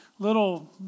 Little